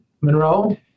Monroe